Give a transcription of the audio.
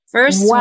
First